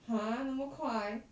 !huh! 那么快